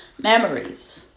Memories